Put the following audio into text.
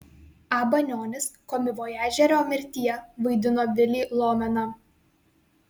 a banionis komivojažerio mirtyje vaidino vilį lomeną